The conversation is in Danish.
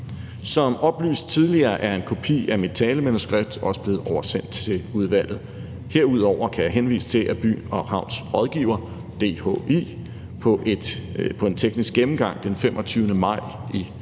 Som oplyst tidligere er en kopi af mit talemanuskript blevet oversendt til udvalget. Herudover kan jeg henvise til, at By & Havns rådgiver, DHI, ved en teknisk gennemgang den 25. maj i år